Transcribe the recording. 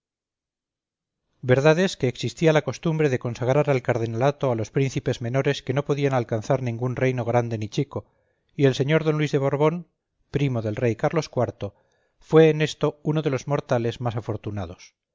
es que existía la costumbre de consagrar al cardenalato a los príncipes menores que no podían alcanzar ningún reino grande ni chico y el señor don luis de borbón primo del rey carlos iv fue en esto uno de los mortales más afortunados